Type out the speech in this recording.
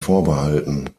vorbehalten